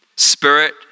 Spirit